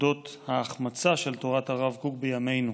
אודות ההחמצה של תורת הרב קוק בימינו.